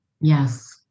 Yes